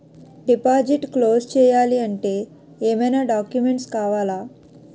Deposit close చేయాలి అంటే ఏమైనా డాక్యుమెంట్స్ కావాలా?